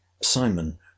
Simon